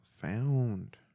found